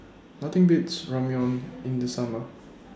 Nothing Beats Ramyeon in The Summer